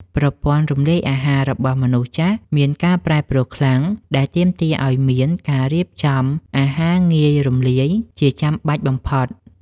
ប្រព័ន្ធរំលាយអាហាររបស់មនុស្សចាស់មានការប្រែប្រួលខ្លាំង ដែលទាមទារឱ្យមានការរៀបចំ អាហារងាយរំលាយ ជាចាំបាច់បំផុត។